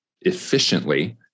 efficiently